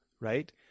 right